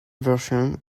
version